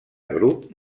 grup